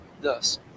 thus